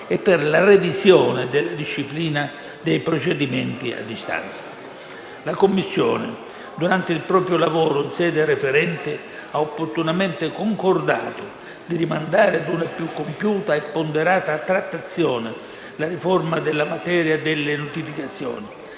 e per la revisione della disciplina dei procedimenti a distanza. La Commissione, durante il proprio lavoro in sede referente, ha opportunamente concordato di rimandare a una più compiuta e ponderata trattazione la riforma della materia delle notificazioni;